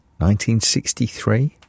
1963